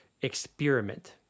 experiment